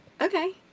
Okay